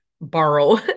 borrow